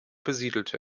besiedelte